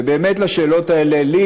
ובאמת, על השאלות האלה, לי